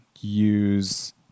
use